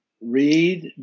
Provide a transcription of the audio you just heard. read